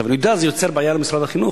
אני יודע שזה יוצר בעיה למשרד החינוך,